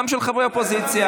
גם של חברי אופוזיציה.